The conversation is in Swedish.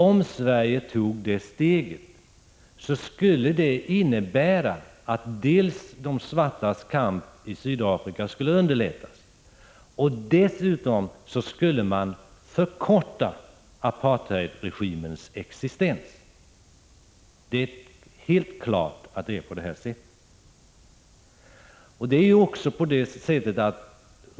Om Sverige tog detta steg, skulle det innebära att de svartas kamp i Sydafrika underlättades och att apartheidregimens existens förkortades. Det är helt klart att det förhåller sig på detta sätt.